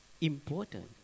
important